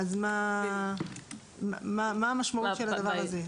מה המשמעות של הדבר הזה?